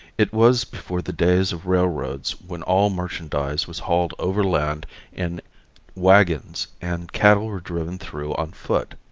it was before the days of railroads when all merchandise was hauled overland in wagons and cattle were driven through on foot.